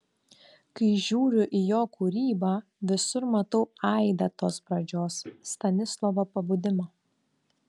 kai žiūriu į jo kūrybą visur matau aidą tos pradžios stanislovo pabudimą